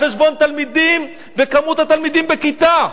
על חשבון תלמידים וכמות התלמידים בכיתה.